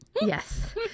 Yes